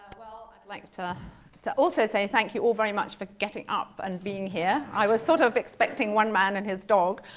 well, i'd like to to also say thank you all very much for getting up and being here. i was sort of expecting one man and his dog,